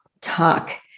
talk